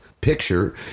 picture